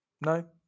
No